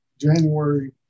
January